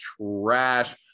trash